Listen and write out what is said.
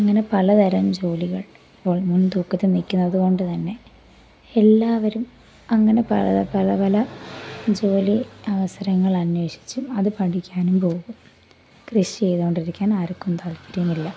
അങ്ങനെ പലതരം ജോലികൾ ഇപ്പോൾ മുൻതൂക്കത്തിൽ നിൽക്കുന്നതു കൊണ്ടു തന്നെ എല്ലാവരും അങ്ങനെ പല പല ജോലി അവസരങ്ങൾ അന്വേഷിച്ചും അതു പഠിക്കാനും പോകും കൃഷി ചെയ്തുകൊണ്ടിരിക്കാൻ ആർക്കും താത്പര്യമില്ല